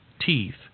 teeth